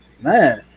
man